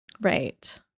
Right